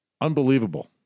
Unbelievable